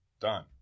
done